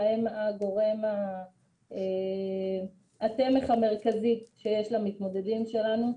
הם גורם התמך המרכזי שיש למתמודדים שלנו.